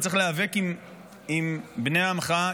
וצריך להיאבק עם בני עמך,